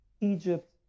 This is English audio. Egypt